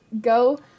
go